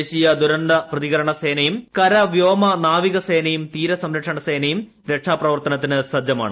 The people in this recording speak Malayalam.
ദേശീയ ദുരന്ത പ്രതികരണ സേന കര വ്യോല നാവിക സേനയും തീരസംക്ഷണ സേനയും രക്ഷാപ്രവർത്തനത്തിന് സജ്ജമാണ്